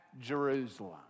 Jerusalem